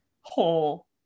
whole